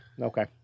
Okay